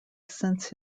since